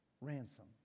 ransom